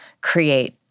create